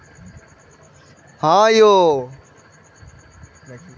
सरकारक नीति अथवा कराधान कानूनक विरोध मे कर चुकाबै सं मना करब कर प्रतिरोध छियै